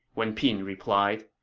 wen pin replied.